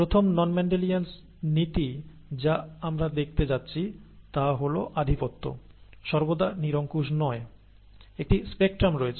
প্রথম non Mendelian নীতি যা আমরা দেখতে যাচ্ছি তা হল আধিপত্য সর্বদা নিরঙ্কুশ নয় একটি স্পেকট্রাম রয়েছে